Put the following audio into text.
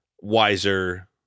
wiser